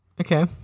Okay